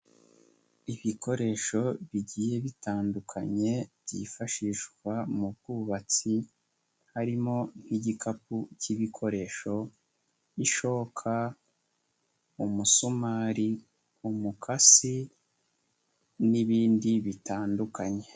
Ibikoresho bigiye bitandukanye byifashishwa mu bwubatsi harimo nk'igikapu k'ibikoresho, ishoka, umusumari, umukasi n'ibindi bitandukanye.